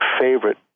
favorite